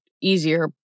easier